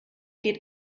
geht